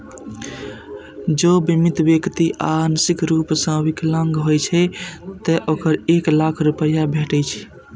जौं बीमित व्यक्ति आंशिक रूप सं विकलांग होइ छै, ते ओकरा एक लाख रुपैया भेटै छै